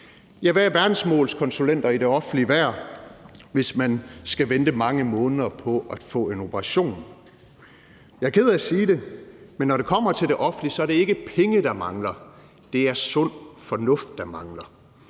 Ja, hvad er verdensmålskonsulenter i det offentlige værd, hvis man skal vente mange måneder på at få en operation? Jeg er ked af at sige det, men når det kommer til det offentlige, er det ikke penge, der mangler. Det er sund fornuft, der mangler.